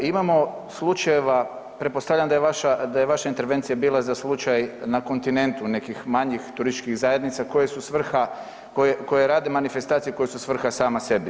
Imamo slučajeva, pretpostavljam da je vaša, da je vaša intervencija bila za slučaj na kontinentu nekih manjih turističkih zajednica koje su svrha, koje, koje rade manifestacije koje su svrha sama sebe.